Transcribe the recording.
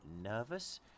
nervous